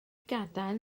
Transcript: gadael